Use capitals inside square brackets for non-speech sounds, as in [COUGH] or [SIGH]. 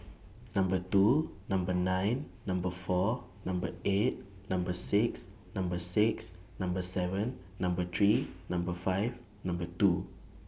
Number two Number nine Number four Number eight Number six Number six Number seven Number [NOISE] three Number five Number two